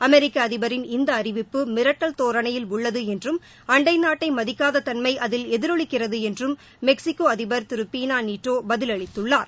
அமெிக்க அதிபரின் இந்த அறிவிப்பு மிரட்டல் தோரணையில் உள்ளது என்றும் அண்டை நாட்டை மதிக்காத தன்மை அதில் எதிரொலிக்கிறது என்றும் மெக்சிகோ அதிபர் திரு பீளா நீட்டோ பதிலளித்துள்ளார்